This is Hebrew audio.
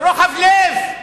זה רוחב לב.